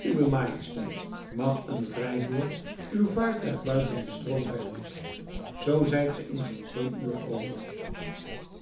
uwe majesteit mag een vrijboer uw vaartuig buiten den stroom brengen z zijt ge in geen twee uur over